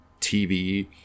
TV